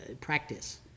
practice